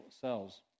cells